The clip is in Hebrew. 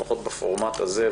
לפחות בפורמט הזה,